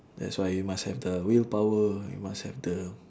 that's why you must have the willpower you must have the